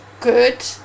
good